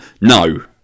no